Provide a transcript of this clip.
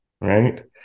Right